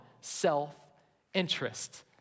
self-interest